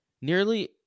nearly